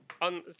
on